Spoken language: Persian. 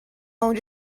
اونجا